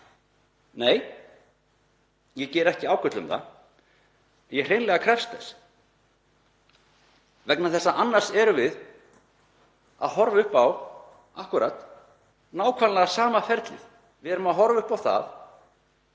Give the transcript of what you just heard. Nei, ég geri ekki ákall um það, ég hreinlega krefst þess. Annars erum við að horfa upp á nákvæmlega sama ferlið. Við erum að horfa upp á það